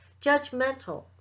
Judgmental